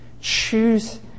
choose